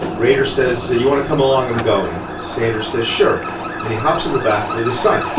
rader says, do you want to come along? i'm going. sanders says, sure and he hops in the back with his son.